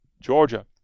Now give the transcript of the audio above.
Georgia